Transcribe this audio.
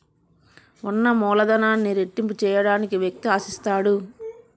ఉన్న మూలధనాన్ని రెట్టింపు చేయడానికి వ్యక్తి ఆశిస్తాడు